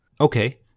Okay